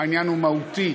העניין הוא מהותי: